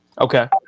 Okay